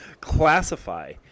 classify